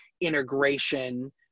integration